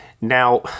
now